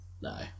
no